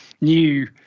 new